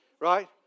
Right